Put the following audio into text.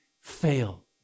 fail